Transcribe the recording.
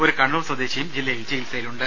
ഒരു കണ്ണൂർ സ്വദേശിയും ജില്ലയിൽ ചികിത്സയിലുണ്ട്